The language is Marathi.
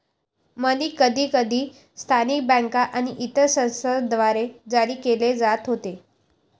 मनी कधीकधी स्थानिक बँका आणि इतर संस्थांद्वारे जारी केले जात होते